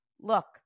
look